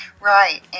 Right